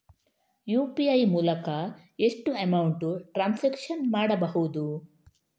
UPI ಮೂಲಕ ಎಷ್ಟು amount transaction ಮಾಡಬಹುದು?